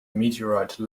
meteorite